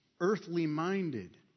earthly-minded